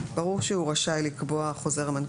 ברור שהוא רשאי לקבוע חוזר מנכ"ל.